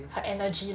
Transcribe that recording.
her energy lah